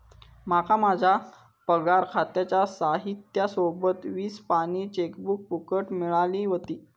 माका माझ्या पगार खात्याच्या साहित्या सोबत वीस पानी चेकबुक फुकट मिळाली व्हती